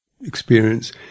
experience